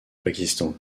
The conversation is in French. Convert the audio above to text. pakistan